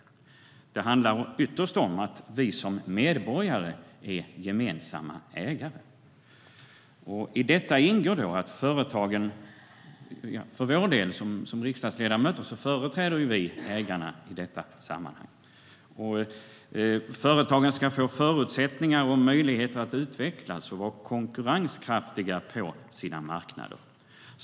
STYLEREF Kantrubrik \* MERGEFORMAT Statliga företagFöretagen ska få förutsättningar och möjligheter att utvecklas och vara konkurrenskraftiga på sina marknader.